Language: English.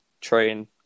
train